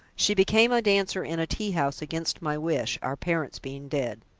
she became a dancer in a tea-house against my wish, our parents being dead.